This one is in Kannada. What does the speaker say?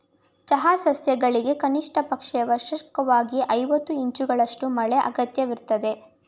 ಚಹಾ ಸಸ್ಯಗಳಿಗೆ ಕನಿಷ್ಟಪಕ್ಷ ವಾರ್ಷಿಕ್ವಾಗಿ ಐವತ್ತು ಇಂಚುಗಳಷ್ಟು ಮಳೆ ಅಗತ್ಯವಿರ್ತದೆ